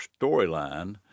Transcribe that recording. storyline